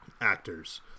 actors